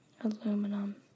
Aluminum